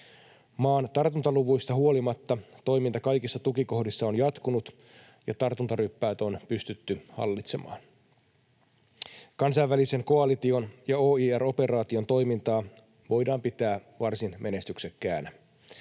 Maan tartuntaluvuista huolimatta toiminta kaikissa tukikohdissa on jatkunut ja tartuntaryppäät on pystytty hallitsemaan. Kansainvälisen koalition ja OIR-operaation toimintaa voidaan pitää varsin menestyksekkäänä.